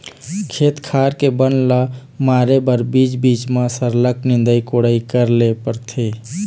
खेत खार के बन ल मारे बर बीच बीच म सरलग निंदई कोड़ई करे ल परथे